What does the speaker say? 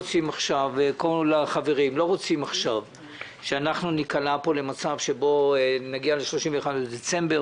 עכשיו שאנחנו ניקלע פה למצב שנגיע ל-31 בדצמבר